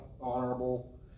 honorable